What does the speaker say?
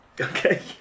Okay